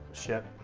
shit.